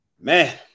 man